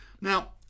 Now